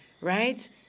right